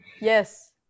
Yes